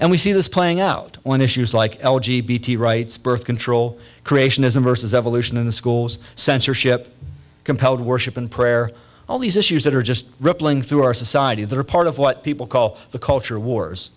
and we see this playing out on issues like rights birth control creationism vs evolution in the schools censorship compelled worship and prayer all these issues that are just rippling through our society that are part of what people call the culture wars